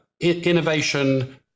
innovation